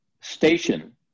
station